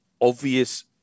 obvious